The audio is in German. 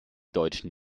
deutschen